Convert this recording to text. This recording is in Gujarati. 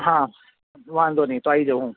હા વાંધો નહીં તો આવી જાઉં હું